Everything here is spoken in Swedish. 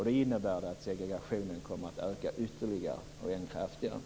Det innebär att segregationen ökar ytterligare och än kraftigare.